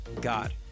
God